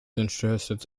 interests